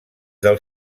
del